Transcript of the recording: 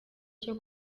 cyo